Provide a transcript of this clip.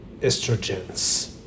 estrogens